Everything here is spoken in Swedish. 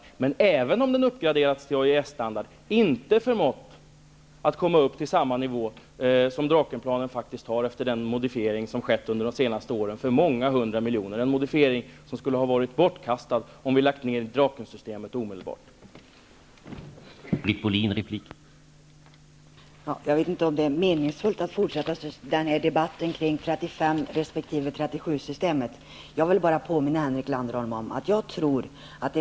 Även om den hade uppgraderats till AJS-standard, hade den inte förmått att komma upp till samma nivå som Drakenplanen har efter den modifiering för många hundra miljoner, som har skett under de senaste åren, en modifiering som skulle ha varit bortkastad, om Drakensystemet omedelbart hade lagts ned.